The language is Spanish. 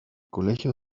colegio